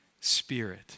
spirit